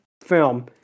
film